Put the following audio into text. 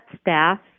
staff